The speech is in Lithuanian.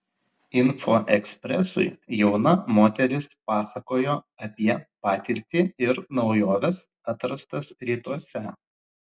info ekspresui jauna moteris pasakojo apie patirtį ir naujoves atrastas rytuose